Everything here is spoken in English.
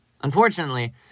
Unfortunately